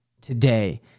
today